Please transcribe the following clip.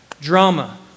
drama